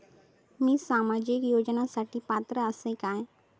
मी सामाजिक योजनांसाठी पात्र असय काय?